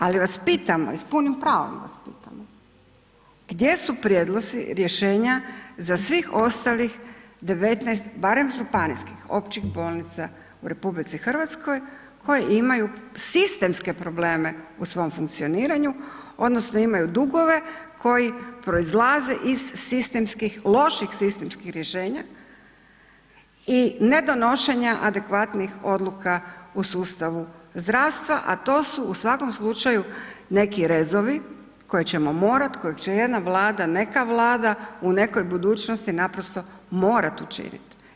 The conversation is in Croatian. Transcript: Ali vas pitamo i s punim pravom vas pitamo, gdje su prijedlozi rješenja za svih ostalih 19 barem županijskih općih bolnica u RH koje imaju sistemske probleme u svom funkcioniranju odnosno imaju dugove koji proizlaze iz sistemskih, loših sistemskih rješenja i ne donošenja adekvatnih odluka u sustavu zdravstva, a to su u svakom slučaju neki rezovi koje ćemo morati, kojeg će jedna vlada neka vlada u nekoj budućnosti naprosto morat učinit.